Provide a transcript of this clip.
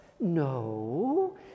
No